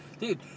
Dude